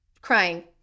crying